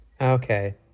Okay